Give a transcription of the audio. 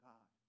God